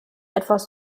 etwas